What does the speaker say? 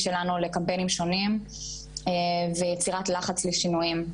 שלנו לקמפיינים שונים ויצירת לחץ לשינויים,